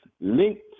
linked